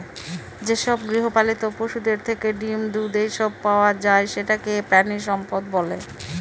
যেসব গৃহপালিত পশুদের থেকে ডিম, দুধ, এসব পাওয়া যায় সেটাকে প্রানীসম্পদ বলে